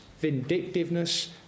vindictiveness